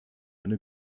eine